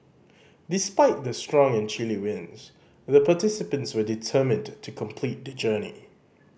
despite the strong and chilly winds the participants were determined to complete the journey